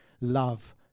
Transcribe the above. love